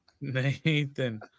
Nathan